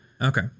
Okay